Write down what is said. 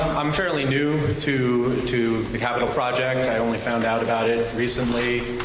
i'm fairly new to to the capital project. i only found out about it recently.